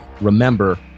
remember